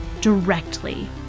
directly